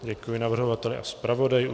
Děkuji navrhovateli a zpravodaji.